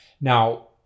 Now